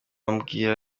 umubwira